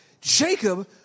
Jacob